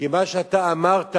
כי מה שאתה אמרת